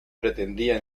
pretendía